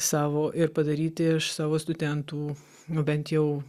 savo ir padaryti iš savo studentų nu bent jau